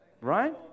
Right